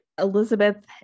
Elizabeth